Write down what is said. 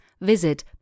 visit